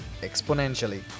exponentially